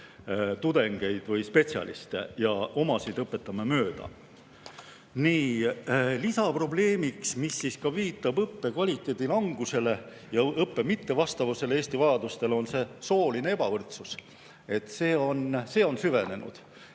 tudengeid või spetsialiste ja omasid õpetame mööda. Lisaprobleem, mis viitab ka õppekvaliteedi langusele ja õppe mittevastavusele Eesti vajadustele, on sooline ebavõrdsus. See on süvenenud.